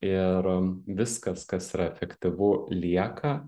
ir viskas kas yra efektyvu lieka